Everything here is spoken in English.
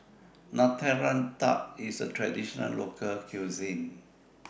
Nutella Tart IS A Traditional Local Cuisine